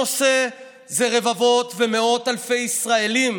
הנושא זה רבבות ומאות אלפי ישראלים